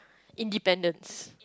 independence